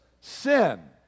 sin